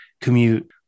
commute